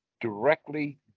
directly